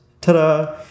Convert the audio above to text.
Ta-da